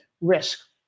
risk